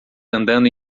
andando